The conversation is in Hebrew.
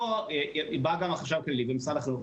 פה בא גם החשב הכללי וגם משרד החינוך,